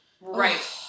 Right